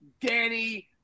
Danny